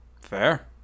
fair